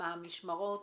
מה המשמרות,